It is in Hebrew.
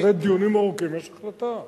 אחרי דיונים ארוכים יש החלטה.